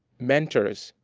mentors,